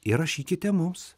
ir rašykite mums